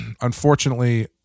unfortunately